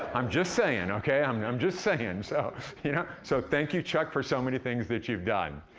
i'm just sayin', okay, i'm i'm just sayin'. so you know so thank you, chuck, for so many things that you've done.